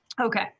Okay